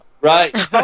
Right